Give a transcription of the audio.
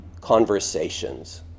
conversations